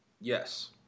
Yes